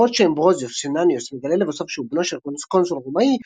בעוד שאמברוזיוס של נניוס מגלה לבסוף שהוא בנו של קונסול רומאי,